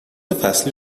فصلی